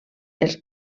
els